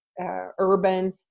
Urban